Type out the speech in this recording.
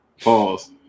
Pause